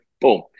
boom